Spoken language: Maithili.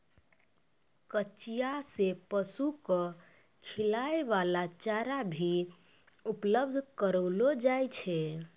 कचिया सें पशु क खिलाय वाला चारा भी उपलब्ध करलो जाय छै